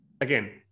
again